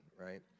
right